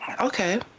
Okay